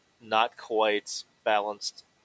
not-quite-balanced